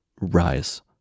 rise